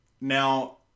now